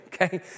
okay